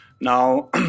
Now